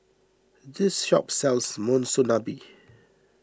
this shop sells Monsunabe